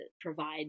provide